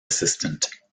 assistant